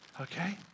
okay